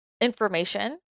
information